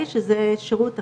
שזה שירות אחר,